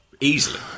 easily